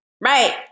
right